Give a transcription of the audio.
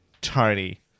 Tony